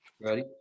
Ready